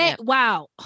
Wow